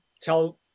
tell